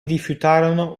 rifiutarono